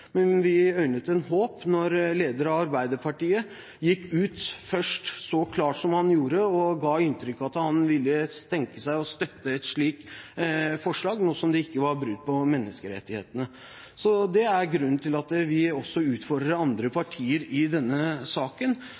men vi øynet et håp da lederen i Arbeiderpartiet først gikk ut så klart som han gjorde og ga inntrykk av at han kunne tenke seg å støtte et slikt forslag, nå som det ikke var brudd på menneskerettighetene. Det er grunnen til at vi også utfordrer andre partier i denne saken,